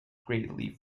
greatly